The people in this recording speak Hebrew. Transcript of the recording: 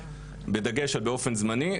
בדגש על באופן זמני,